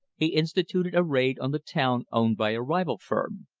he instituted a raid on the town owned by a rival firm.